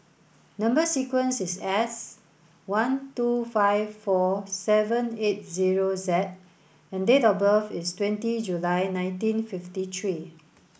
number sequence is S one two five four seven eight zero Z and date of birth is twenty July nineteen fifty three